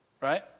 right